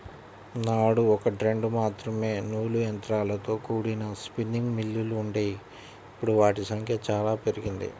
నాడు ఒకట్రెండు మాత్రమే నూలు యంత్రాలతో కూడిన స్పిన్నింగ్ మిల్లులు వుండేవి, ఇప్పుడు వాటి సంఖ్య చానా పెరిగింది